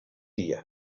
dia